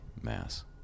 Mass